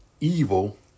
evil